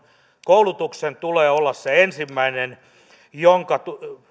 koulutuksen tulee olla se ensimmäinen jonka